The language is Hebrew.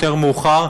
יותר מאוחר,